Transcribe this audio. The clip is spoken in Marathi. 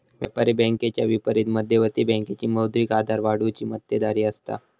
व्यापारी बँकेच्या विपरीत मध्यवर्ती बँकेची मौद्रिक आधार वाढवुची मक्तेदारी असता